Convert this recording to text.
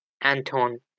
Anton